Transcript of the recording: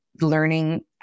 learning